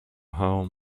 home